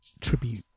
Tribute